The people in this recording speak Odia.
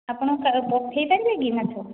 ଆପଣ ପଠେଇ ପାରିବେ କି ମାଛ